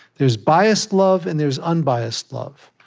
there's biased love, and there's unbiased love.